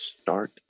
start